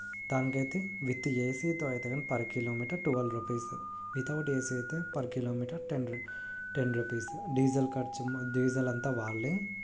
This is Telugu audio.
దానికైతే విత్ ఏసీతో అయితే గన per kilometre twelve rupees without AC అయితే పర్ కిలోమీటర్ టెన్ రు టెన్ రుపీసు డీజిల్ ఖర్చు డీజిలంతా వాళ్ళే